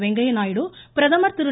வெங்கையா நாயுடு பிரதமர் திரு